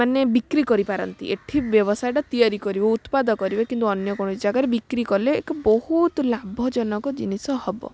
ମାନେ ବିକ୍ରି କରି ପାରନ୍ତି ଏଠି ବ୍ୟବସାୟ ତିଆରି କରିବେ ବା ଉତ୍ପାଦ କରିବେ କିନ୍ତୁ ଅନ୍ୟ କୌଣସି ଜାଗାରେ ବିକ୍ରି କଲେ ଏକ ବହୁତ ଲାଭଜନକ ଜିନିଷ ହେବ